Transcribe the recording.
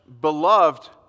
Beloved